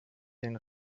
den